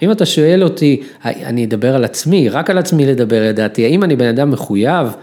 אם אתה שואל אותי, אני אדבר על עצמי, רק על עצמי לדבר ידעתי, האם אני בן אדם מחויב?